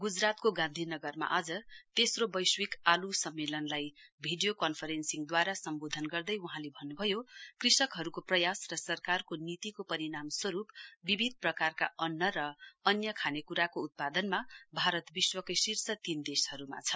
गुजरातको गान्धी नगरमा आज तेस्रो वैश्विक आलू सम्मेलनलाई भिडियो कन्फरेन्सिङद्वारा सम्वोधन गर्दै बहाँले भन्नुभयो कृषकहरुको प्रयास र सरकारको नीतिको परिणाम स्वरुप विविध प्रकारका अन्न र अन्य खानेकुराको उत्पादनमा भारत विश्वकै शीर्ष तीन देशहरुमा छ